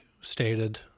stated